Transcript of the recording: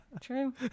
True